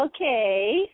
Okay